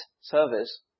service